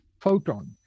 photon